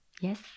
Yes